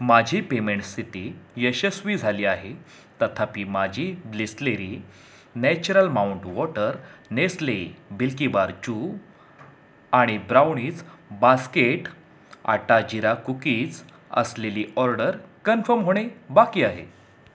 माझी पेमेंट स्थिती यशस्वी झाली आहे तथापी माझी Bisleri natural mount water Nestle Milkybar choo आणि brownies basket atta jeera cookies असलेली ऑर्डर कन्फर्म होणे बाकी आहे